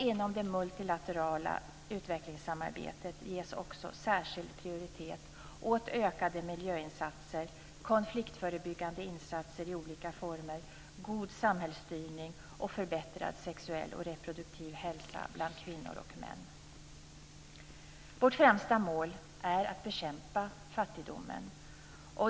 Inom det multilaterala utvecklingssamarbetet ges också särskild prioritet åt ökade miljöinsatser, konfliktförebyggande insatser i olika former, god samhällsstyrning och förbättrad sexuell och reproduktiv hälsa bland kvinnor och män. Vårt främsta mål är att bekämpa fattigdomen.